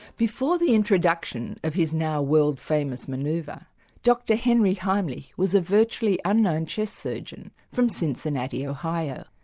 before the introduction of his now world famous manoeuvre ah dr henry heimlich was a virtually unknown chest surgeon from cincinnati, ohio.